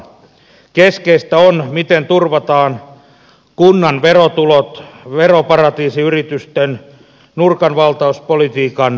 keskeistä on miten turvataan kunnan verotulot veroparatiisiyritysten nurkanvaltauspolitiikan kiihtyessä